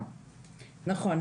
נכון.